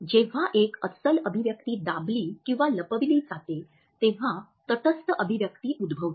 जेव्हा एक अस्सल अभिव्यक्ती दाबली किंवा लपविली जाते तेव्हा तटस्थ अभिव्यक्ती उद्भवते